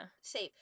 safe